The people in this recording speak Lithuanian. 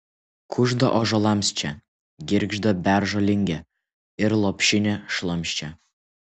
kužda ąžuolams čia girgžda beržo lingė ir lopšinė šlamščia